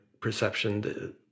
perception